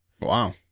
Wow